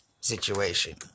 situation